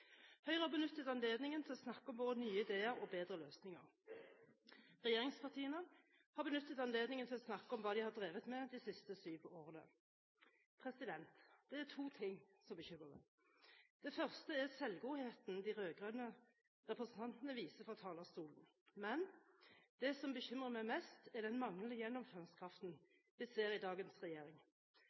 Høyre har benyttet anledningen til å snakke både om våre nye ideer og bedre løsninger. Regjeringspartiene har benyttet anledningen til å snakke om hva de har drevet med de siste syv årene. Det er to ting som bekymrer meg: Det første er selvgodheten de rød-grønne representantene viser fra talerstolen. Men det som bekymrer meg mest, er den manglende gjennomføringskraften vi ser i dagens regjering.